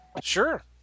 Sure